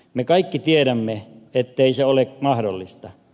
me kaikki tiedämme ettei se ole mahdollista